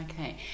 Okay